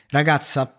ragazza